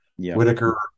Whitaker